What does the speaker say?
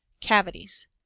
Cavities